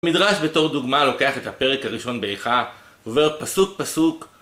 מדרש בתור דוגמה לוקח את הפרק הראשון באיכה ועובר פסוק פסוק